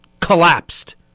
collapsed